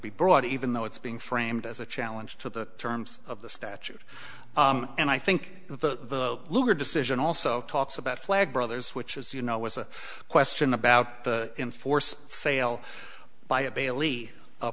be brought even though it's being framed as a challenge to the terms of the statute and i think the luger decision also talks about flag brothers which as you know was a question about the enforce sale by a bailey